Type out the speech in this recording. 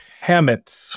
Hammett